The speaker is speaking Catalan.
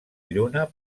lluna